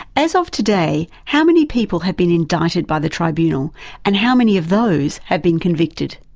as of today, how many people have been indicted by the tribunal and how many of those have been convicted?